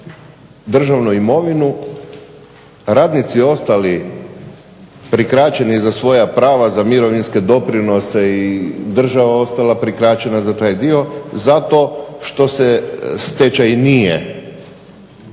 državnu imovinu, radnici ostali prikraćeni za svoja prava za mirovinske doprinose i država ostala prikraćena za taj dio zato što se stečaj nije